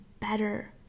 better